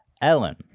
Ellen